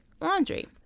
laundry